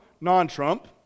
Non-Trump